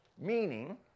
meaning